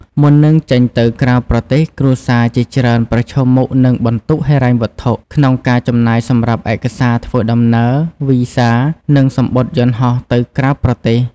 មុននឹងចេញទៅក្រៅប្រទេស គ្រួសារជាច្រើនប្រឈមមុខនឹងបន្ទុកហិរញ្ញវត្ថុ ក្នុងការចំណាយសម្រាប់ឯកសារធ្វើដំណើរ វីសា និងសំបុត្រយន្តហោះទៅក្រៅប្រទេស។